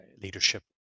leadership